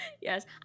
yes